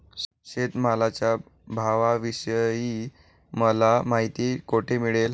शेतमालाच्या भावाविषयी मला माहिती कोठे मिळेल?